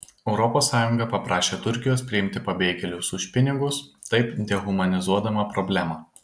europos sąjunga paprašė turkijos priimti pabėgėlius už pinigus taip dehumanizuodama problemą